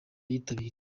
yitabiriye